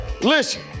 listen